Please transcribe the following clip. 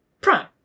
Prime